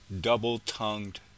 Double-Tongued